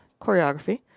choreography